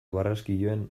barraskiloen